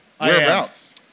Whereabouts